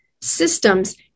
systems